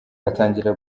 atangira